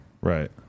right